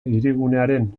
hirigunearen